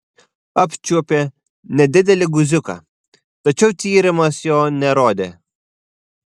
apčiuopė nedidelį guziuką tačiau tyrimas jo nerodė